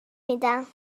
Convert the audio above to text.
میدم